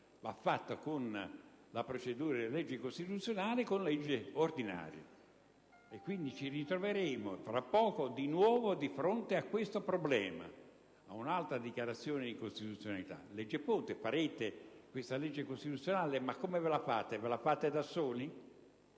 va fatta con la procedura delle leggi costituzionali: quindi ci troveremo, tra poco, di nuovo di fronte a questo problema, ad un'altra dichiarazione di incostituzionalità. Poi, legge ponte: farete questa legge costituzionale, ma come ve la farete? Ve la farete da soli,